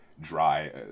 dry